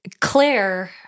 Claire